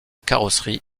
carrosserie